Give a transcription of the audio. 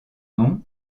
nom